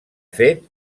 fet